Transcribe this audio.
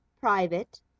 private